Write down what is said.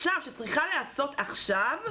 מה שצריך לעשות כבר עכשיו,